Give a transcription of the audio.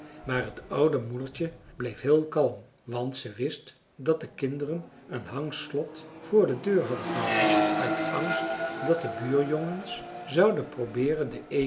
maar t oude moedertje bleef heel kalm want ze wist dat de kinderen een hangslot voor de deur hadden gehangen uit angst dat de buurjongens zouden probeeren den